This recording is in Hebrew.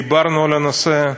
דיברנו על הנושא.